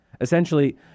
Essentially